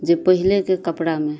जे पहिलेके कपड़ामे